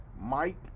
Mike